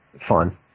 fun